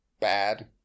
bad